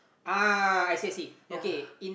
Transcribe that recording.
ya